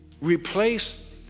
Replace